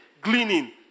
Gleaning